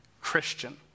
Christian